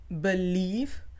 believe